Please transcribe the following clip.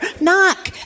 Knock